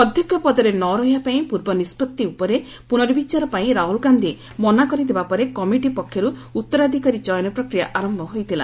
ଅଧ୍ୟକ୍ଷ ପଦରେ ନ ରହିବାପାଇଁ ପର୍ବ ନିଷ୍କଭି ଉପରେ ପୁନର୍ବଚାର ପାଇଁ ରାହୁଲ୍ ଗାନ୍ଧି ମନା କରିଦେବା ପରେ କମିଟି ପକ୍ଷରୁ ଉତ୍ତରାଧିକାରୀ ଚୟନ ପ୍ରକ୍ରିୟା ଆରମ୍ଭ ହୋଇଥିଲା